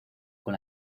con